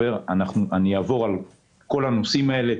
אעבור על כל הנושאים האלה.